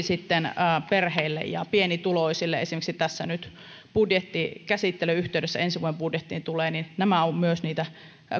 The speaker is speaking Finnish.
sitten perheille ja pienituloisille esimerkiksi tässä nyt budjettikäsittelyn yhteydessä ensi vuoden budjettiin tulee ovat myös niitä